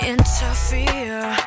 Interfere